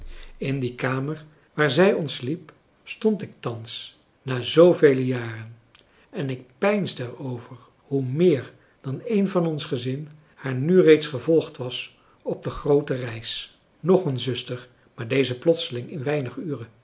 in die kamer waar zij ontsliep stond ik thans na zoovele jaren en ik peinsde er over hoe meer dan een van ons gezin haar nu reeds gevolgd was op de groote reis nog een zuster maar deze plotseling in weinige uren